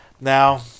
Now